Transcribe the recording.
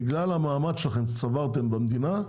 בגלל המעמד שלכם שצברתם במדינה,